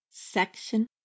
Section